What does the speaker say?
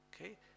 okay